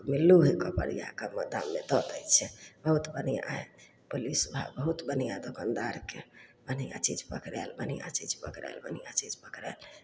एगो मिलो हइ कपड़ियाके गोदाममे धऽ दै छै बहुत बढ़िआँ हइ बहुत बढ़िआँ दोकानदारके बढ़िआँ चीज पकड़ायल बढ़िआँ चीज पकड़ायल बढ़िआँ चीज पकड़ायल